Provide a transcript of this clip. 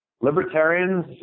libertarians